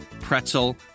pretzel